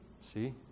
See